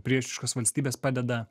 priešiškos valstybės padeda